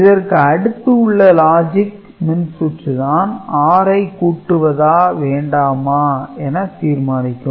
இதற்கு அடுத்து உள்ள 'Logic'மின்சுற்று தான் 6 ஐ கூட்டுவதா வேண்டாமா என தீர்மானிக்கும்